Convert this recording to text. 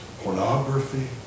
pornography